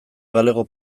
galego